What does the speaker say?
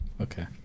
Okay